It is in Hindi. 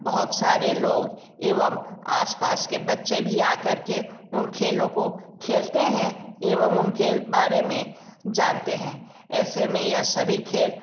बहुत सारे लोग एवं आस पास के बच्चे भी आ करके उन खेलों को खेलते हैं एवं उनके बारे में जानते हैं ऐसे में यह सभी खेल